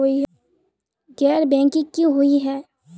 गैर बैंकिंग की हुई है?